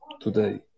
today